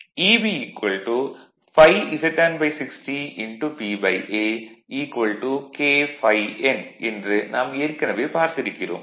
Eb ∅ Z N 60 P A K ∅ n என்று நாம் ஏற்கனவே பார்த்திருக்கிறோம்